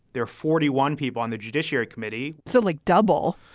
there are forty one people on the judiciary committee. so, like double.